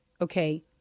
okay